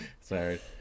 Sorry